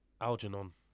Algernon